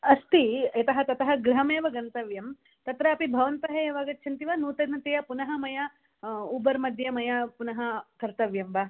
अस्ति यतः ततः गृहमेव गन्तव्यं तत्रापि भवन्तः एव आगच्छन्ति वा नूतनतया पुनः मया उबर् मध्ये मया पुनः कर्तव्यं वा